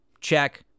Check